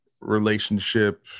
relationship